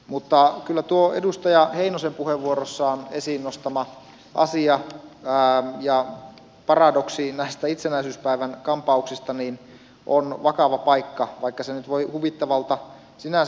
mutta kyllä tuo edustaja heinosen puheenvuorossaan esiin nostama asia ja paradoksi näistä itsenäisyyspäivän kampauksista on vakava paikka vaikka se nyt voi huvittavalta sinänsä tuntuakin